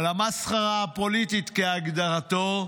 "על המסחרה הפוליטית", כהגדרתו,